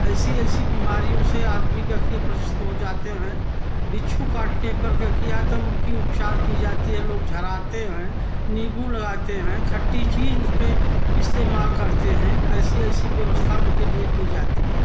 ऐसी ऐसी बीमारियों से आदमी का हो जाते हैं बिच्छू काटने पर तब उनकी उपचार की जाती है लोग हैं नींबू लगाते हैं खट्टी चीज़ उसपे इस्तेमाल करते हैं ऐसी ऐसी व्यवस्था उनके लिए की जाती है